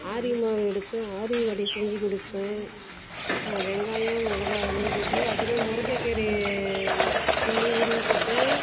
ஆரியமாவு எடுத்து ஆரிய வடை செஞ்சுக் கொடுப்பேன் வெங்காயம் மொளகா அரிஞ்சு போட்டு அதிலே முருங்கைக்கீரையை கிள்ளி உருவி போட்டு